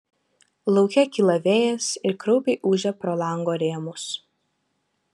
lauke kyla vėjas ir kraupiai ūžia pro lango rėmus